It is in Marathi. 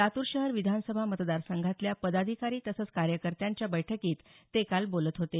लातूर शहर विधानसभा मतदार संघातल्या पदाधिकारी तसंच कार्यकर्त्यांच्या बैठकीत ते काल बोलत होते